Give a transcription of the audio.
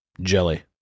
Jelly